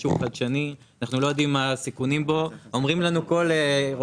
אנחנו מדברים על מודל שהוא חדשני,